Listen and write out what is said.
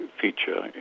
feature